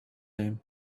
name